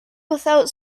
without